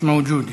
מיש מאוג'ודי,